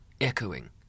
echoing